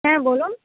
হ্যাঁ বলুন